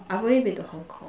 I've only been to Hong-Kong